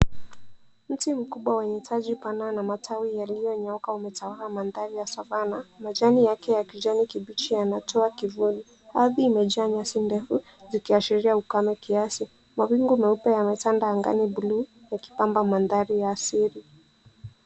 Mtii mkubwa wenye taji pana na matawi yaliyonyooka umetawala mandhari ya savana. Majani yake ya kijani kibichi yanatoa kivuli. Ardhi imejaa nyasi ndefu zikiashira ukame kiasi. Mawingu meupe yametanda angani buluu yakipamba mandhari ya asili.